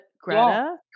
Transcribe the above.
greta